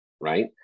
right